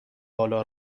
بالا